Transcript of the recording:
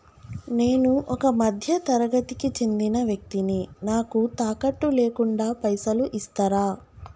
నేను ఒక మధ్య తరగతి కి చెందిన వ్యక్తిని నాకు తాకట్టు లేకుండా పైసలు ఇస్తరా?